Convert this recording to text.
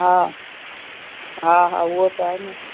हा हा हा उहो त आहे न